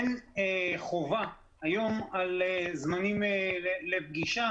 היום אין חובה על זמנים לפגישה.